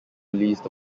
released